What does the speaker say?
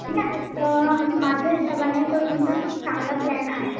ठीक आहे तर माझ्या हिशोबाने तर तुमचा खूप चांगला प्लॅन आहे